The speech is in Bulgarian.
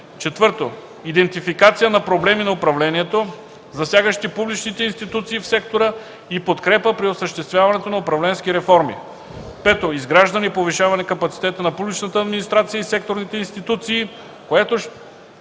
4. Идентификация на проблеми на управлението, засягащи публичните институции в сектора и подкрепа при осъществяването на управленски реформи. 5. Изграждане и повишаване капацитета на публичната администрация и секторните институции, което ще